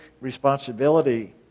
responsibility